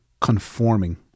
conforming